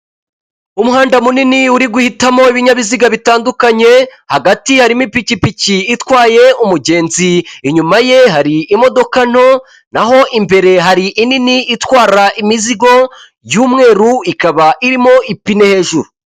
Umuhanda munini uri guhitamo ibinyabiziga bitandukanye, hagati harimo ipikipiki itwaye umugenzi inyuma ye hari imodoka nto, naho imbere hari inini itwara imizigo y'umweru ikaba irimo ipine hejuru.